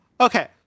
Okay